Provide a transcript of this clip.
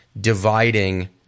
dividing